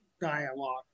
dialogue